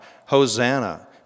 Hosanna